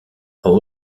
hall